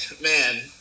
Man